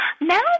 Now